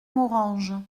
morange